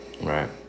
Right